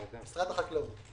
משרד החקלאות.